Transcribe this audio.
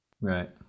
Right